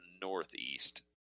northeast